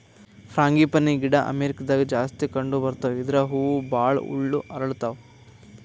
frangipani ಗಿಡ ಅಮೇರಿಕಾದಾಗ್ ಜಾಸ್ತಿ ಕಂಡಬರ್ತಾವ್ ಇದ್ರ್ ಹೂವ ಭಾಳ್ ಹಳ್ಳು ಅರಳತಾವ್